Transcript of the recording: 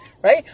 Right